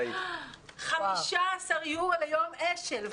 15 יורו ליום אש"ל.